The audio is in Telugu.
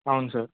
అవును సార్